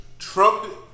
Trump